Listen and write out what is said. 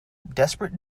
desperate